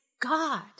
God